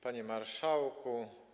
Panie Marszałku!